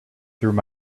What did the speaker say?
through